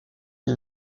est